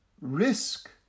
risk